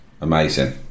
amazing